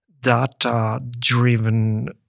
data-driven